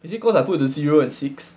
is it because I put to zero and six